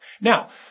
Now